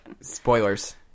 spoilers